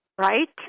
right